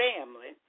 Family